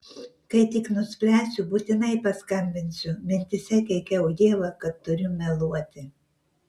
kai tik nuspręsiu būtinai paskambinsiu mintyse keikiau ievą kad turiu meluoti